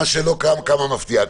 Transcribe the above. כמה מפתיע.